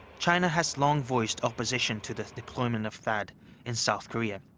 china has long voiced opposition to the deployment of thaad in south korea.